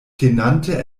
tenante